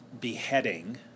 beheading